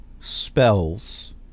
spells